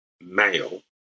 male